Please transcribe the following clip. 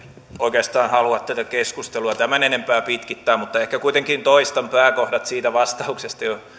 oikeastaan halua tätä keskustelua tämän enempää pitkittää mutta ehkä kuitenkin toistan pääkohdat siitä vastauksesta